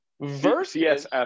versus